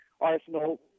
arsenal